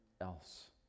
else